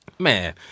Man